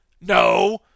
No